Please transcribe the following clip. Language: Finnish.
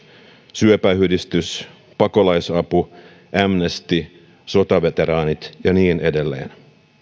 syöpäyhdistys pakolaisapu amnesty sotaveteraanit ja niin edelleen